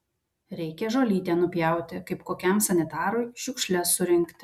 reikia žolytę nupjauti kaip kokiam sanitarui šiukšles surinkti